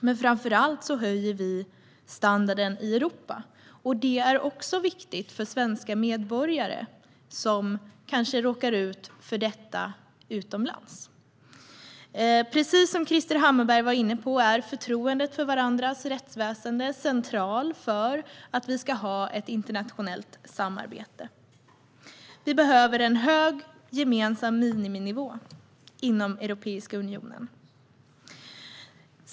Men framför allt höjer vi standarden i Europa, och det är också viktigt för svenska medborgare som kanske råkar ut för detta utomlands. Precis som Krister Hammarbergh var inne på är förtroendet för varandras rättsväsen centralt för att vi ska ha ett internationellt samarbete. Vi behöver en hög gemensam miniminivå inom Europeiska unionen.